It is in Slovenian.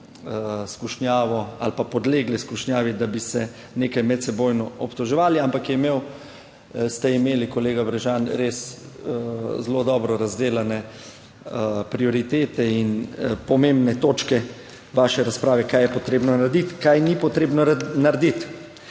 skušnjavo ali pa podlegle skušnjavi, da bi se nekaj medsebojno obtoževali, ampak je imel, ste imeli, kolega Bržan res zelo dobro razdelane prioritete in pomembne točke vaše razprave, kaj je potrebno narediti, kaj ni potrebno narediti.